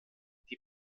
die